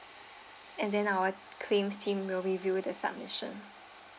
and then our claims team will reveal the submission